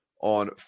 on